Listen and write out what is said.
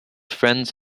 friends